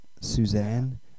Suzanne